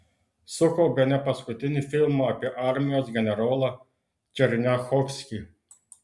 suko bene paskutinį filmą apie armijos generolą černiachovskį